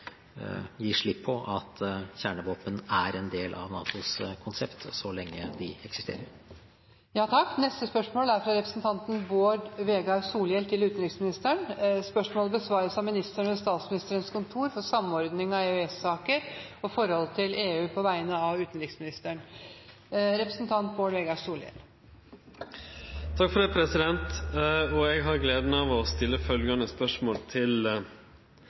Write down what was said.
slipp på at kjernevåpen er en del av NATOs konsept, så lenge de eksisterer. Dette spørsmålet, fra representanten Bård Vegar Solhjell til utenriksministeren, vil bli besvart av ministeren ved Statsministerens kontor for samordning av EØS-saker og forholdet til EU, på vegne av utenriksministeren. Eg har gleda av å stille følgjande spørsmål til europaministeren på vegner av utanriksministeren: «Informasjonsstønaden som går til